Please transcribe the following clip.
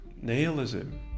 nihilism